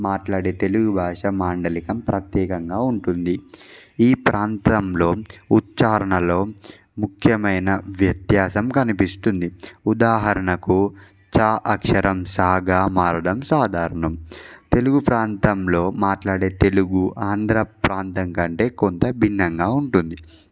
మాట్లాడే తెలుగు భాష మాండలికం ప్రత్యేకంగా ఉంటుంది ఈ ప్రాంతంలో ఉచ్చారణలో ముఖ్యమైన వ్యత్యాసం కనిపిస్తుంది ఉదాహరణకు చ అక్షరం సాగా మారడం సాధారణం తెలుగు ప్రాంతంలో మాట్లాడే తెలుగు ఆంధ్ర ప్రాంతం కంటే కొంత భిన్నంగా ఉంటుంది